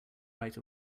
right